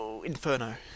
Inferno